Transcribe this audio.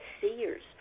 seers